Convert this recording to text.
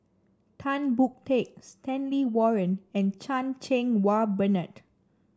Tan Boon Teik Stanley Warren and Chan Cheng Wah Bernard